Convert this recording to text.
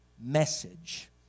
message